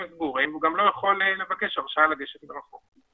סגורים והוא גם לא יכול לבקש הרשאה לגשת מרחוק.